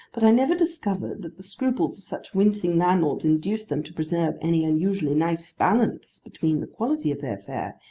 but i never discovered that the scruples of such wincing landlords induced them to preserve any unusually nice balance between the quality of their fare,